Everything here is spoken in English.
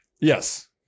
Yes